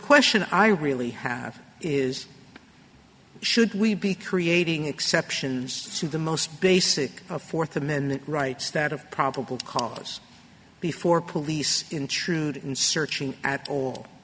question i really have is should we be creating exceptions to the most basic of fourth amendment rights that of probable cause before police intrude and searching at all